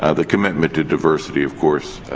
ah the commitment to diversity, of course,